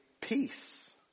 peace